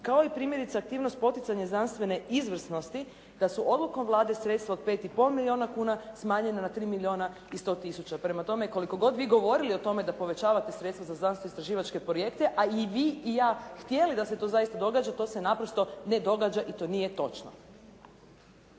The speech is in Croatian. kao i primjerice aktivnosti poticanja znanstvene izvrsnosti da su odlukom Vlade sredstva od 5,5 milijuna kuna smanjena na 3 milijuna i 100 tisuća. Prema tome, koliko god vi govorili o tome da povećavate sredstva za znanstveno-istraživačke projekte a i vi i ja htjeli da se to zaista događa to se naprosto ne događa i to nije točno.